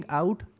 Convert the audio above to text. out